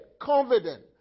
confident